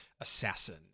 assassin